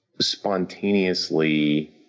spontaneously